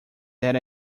that